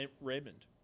Raymond